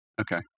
Okay